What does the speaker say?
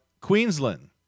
Queensland